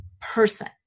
person